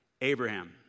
Abraham